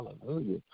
hallelujah